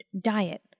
diet